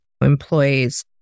employees